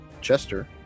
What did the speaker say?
Chester